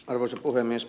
arvoisa puhemies